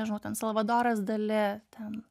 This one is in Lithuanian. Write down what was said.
nežinau ten salvadoras dali ten